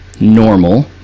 normal